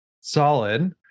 solid